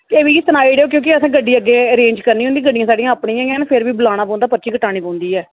एह् मी सनाई ओड़ेओ क्योंकि असें गड्डी अग्गे अरैंज करनी होंदी गड्डियां साढ़ियां अपनी गै न फिर बी बुलाना पौंदा पर्ची कटानी पौंदी